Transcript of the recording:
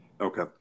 Okay